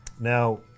Now